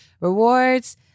Rewards